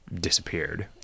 disappeared